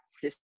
system